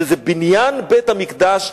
שזה בניין בית-המקדש,